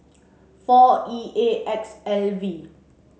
four E A X L V